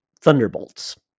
Thunderbolts